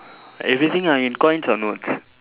everything are in coins or notes